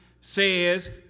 says